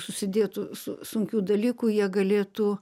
susidėtų su sunkių dalykų jie galėtų